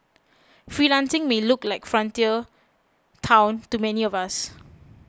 freelancing may look like frontier town to many of us